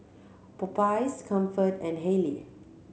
Popeyes Comfort and Haylee